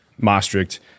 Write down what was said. Maastricht